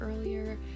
earlier